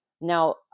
Now